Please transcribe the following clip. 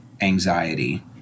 anxiety